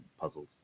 puzzles